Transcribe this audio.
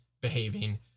behaving